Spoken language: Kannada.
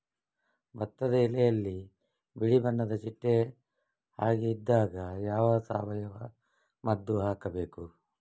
ಭತ್ತದ ಎಲೆಯಲ್ಲಿ ಬಿಳಿ ಬಣ್ಣದ ಚಿಟ್ಟೆ ಹಾಗೆ ಇದ್ದಾಗ ಯಾವ ಸಾವಯವ ಮದ್ದು ಹಾಕಬೇಕು?